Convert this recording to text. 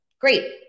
Great